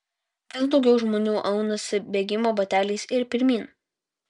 vis daugiau žmonių aunasi bėgimo bateliais ir pirmyn